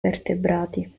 vertebrati